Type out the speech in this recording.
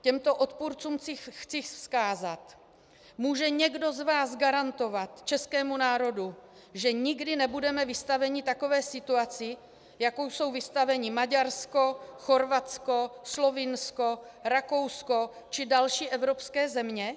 Těmto odpůrcům chci vzkázat: Může někdo z vás garantovat českému národu, že nikdy nebudeme vystaveni takové situaci, jaké jsou vystaveni Maďarsko, Chorvatsko, Slovinsko, Rakousko či další evropské země?